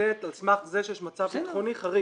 שניתנת על סמך זה שיש מצב ביטחוני חריג.